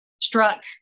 struck